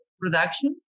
production